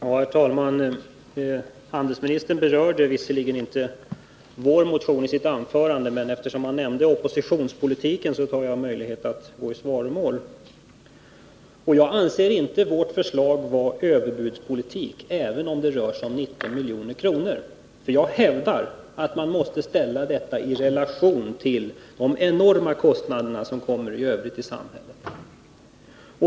Herr talman! Handelsministern berörde visserligen inte vår motion i sitt anförande, men eftersom han nämnde ordet oppositionspolitik har jag möjlighet att gå i svaromål. Jag anser inte vårt förslag vara överbudspolitik, även om det rör sig om 19 miljoner, för jag hävdar att man måste ställa det beloppet i relation till de enorma kostnader som narkotikamissbruket förorsakar samhället.